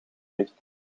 ligt